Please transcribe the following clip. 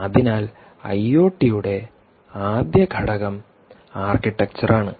അതിനാൽ ഐഒടിയുടെ ആദ്യ ഘടകം ആർക്കിടെക്ചർ ആണ്